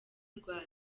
rwa